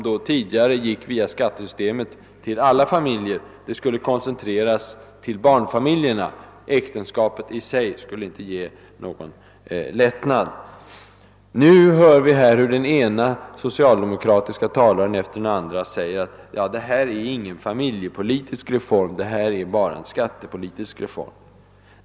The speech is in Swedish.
Hittills har ju en del via skattesystemet gått till alla familjer. Äktenskapet som sådant skulle i framtiden inte få någon lättnad. Nu har vi hört hur den ene socialdemokratiske talaren efter den andra sagt, att detta inte är en familjepolitisk reform utan bara en skattepolitisk reform.